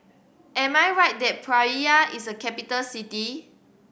am I right that Praia is a capital city